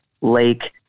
lake